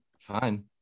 Fine